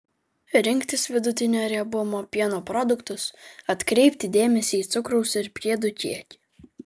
rinktis vidutinio riebumo pieno produktus atkreipti dėmesį į cukraus ir priedų kiekį